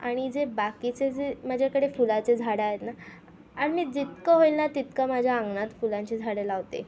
आणि जे बाकीचे जे माझ्याकडे फुलाचे झाडं आहेत ना आणि मी जितकं होईल ना तितकं माझ्या अंगणात फुलांची झाडं लावते